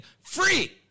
free